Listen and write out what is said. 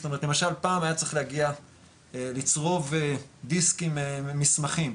למשל פעם היה צריך להגיע לצרוב דיסקים ממסמכים,